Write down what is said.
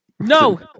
No